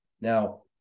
Now